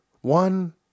One